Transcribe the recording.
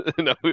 No